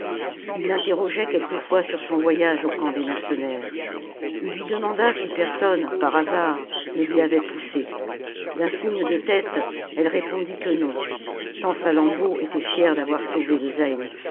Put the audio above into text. ii l'interrogeait quelquefois sur son voyage au camp des mercenaires ii lui demanda si personne par hasard ne l'y avait poussée d'un signe de tête elle répondit que non tant salammbô était fière d'avoir sauvé